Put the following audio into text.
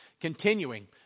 Continuing